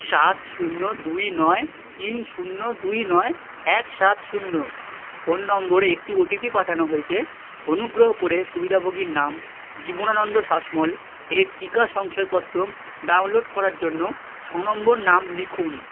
সাত শূন্য দুই নয় তিন শূন্য দুই নয় এক সাত শূন্য ফোন নম্বরে একটি ওটিপি পাঠানো হয়েছে অনুগ্রহ করে সুবিধাভোগীর নাম জীবনানন্দ শাসমল এর টিকা শংসাপত্র ডাউনলোড করার জন্য ছ নম্বর নাম লিখুন